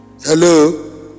Hello